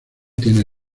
tiene